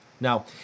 Now